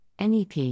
NEP